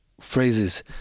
phrases